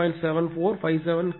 7457 kW க்கு சமம்